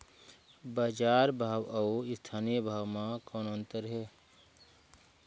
बजार भाव अउ स्थानीय भाव म कौन अन्तर हे?